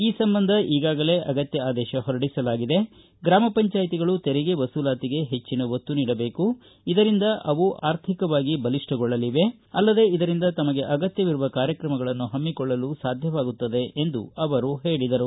ಈ ಸಂಬಂಧ ಈಗಾಗಲೇ ಅಗತ್ಯ ಆದೇಶ ಹೊರಡಿಸಲಾಗಿದೆ ಗ್ರಾಮ ಪಂಚಾಯ್ತಿಗಳು ತೆರಿಗೆ ವಸೂಲಾತಿಗೆ ಹೆಜ್ಜಿನ ಒತ್ತು ನೀಡಬೇಕು ಇದರಿಂದ ಅವು ಆರ್ಥಿಕವಾಗಿ ಬಲಿಷ್ಟಗೊಳ್ಳಲಿವೆ ಅಲ್ಲದೆ ಇದರಿಂದ ತಮಗೆ ಅಗತ್ಯವಿರುವ ಕಾರ್ಯಕ್ರಮಗಳನ್ನು ಹಮ್ಮಿಕೊಳ್ಳಲು ಸಾಧ್ಯವಾಗುತ್ತದೆ ಎಂದು ಅವರು ಹೇಳಿದರು